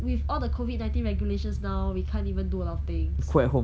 with all the COVID nineteen regulations now we can't even do a lot of things